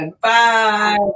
Bye